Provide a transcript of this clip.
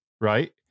right